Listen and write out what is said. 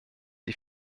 die